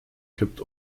kippt